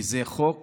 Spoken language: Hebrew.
כי זה חוק